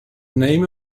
name